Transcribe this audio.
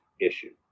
issue